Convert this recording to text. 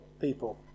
people